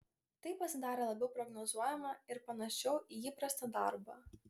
tai pasidarė labiau prognozuojama ir panašiau į įprastą darbą